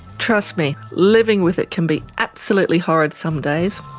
trust me, living with it can be absolutely horrid some days.